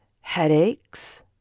headaches